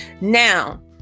now